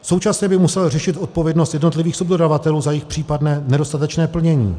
Současně by musel řešit odpovědnost jednotlivých subdodavatelů za jejich případné nedostatečné plnění.